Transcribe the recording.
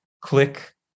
click